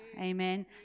Amen